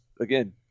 again